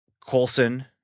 Colson